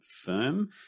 firm